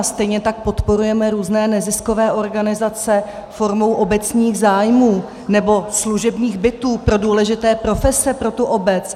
Stejně tak podporujeme různé neziskové organizace formou obecních zájmů, nebo služební byty pro důležité profese pro tu obec.